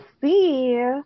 see